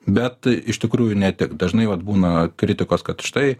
bet iš tikrųjų ne tik dažnai vat būna kritikos kad štai